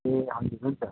ए हजुर हुन्छ